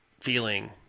feeling